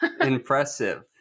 impressive